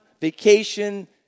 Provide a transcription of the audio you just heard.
Vacation